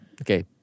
Okay